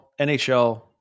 NHL